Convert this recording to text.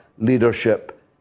leadership